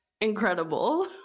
Incredible